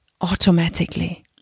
automatically